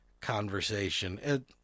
conversation